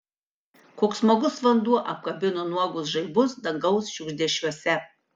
koks smagus vanduo apkabino nuogus žaibus dangaus šiugždesiuose